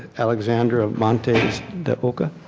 alexandra montes de oca.